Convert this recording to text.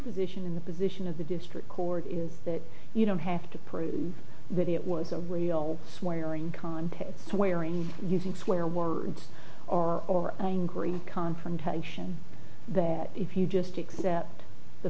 position in the position of the district court is that you don't have to prove that it was a real swearing con swearing using swear words or angry confrontation that if you just accept the